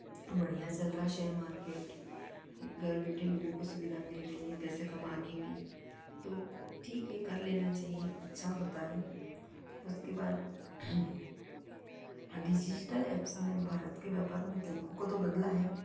बढ़िया चल रहा है शेयर मार्केट घर बैठे लोगों को सुविधा मिल रही है पैसे कमाने की तो ठीक है कर लेना चहिए अच्छा होता है उसके बाद डिजिटल ऐप्स ने भारत के व्यापारों के तरीकों को तो बदला है